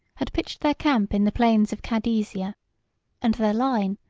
had pitched their camp in the plains of cadesia and their line,